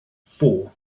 four